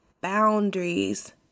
boundaries